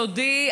סודי,